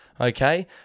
Okay